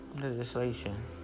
Legislation